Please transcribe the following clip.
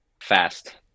Fast